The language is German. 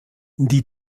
die